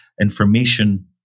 information